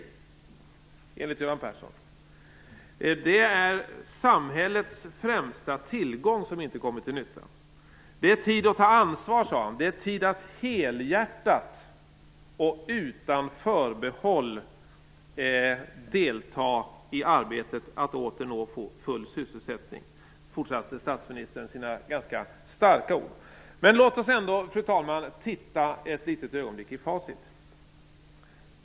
Den främsta tillgång samhället äger kommer inte till nytta", sade han. "Det är tid att ta ansvar. Det är tid att helhjärtat, och utan förbehåll, delta i arbetet för att åter nå full sysselsättning", fortsatte statsministern sina ganska starka ord. Låt oss ändå, fru talman, för ett ögonblick titta litet i facit.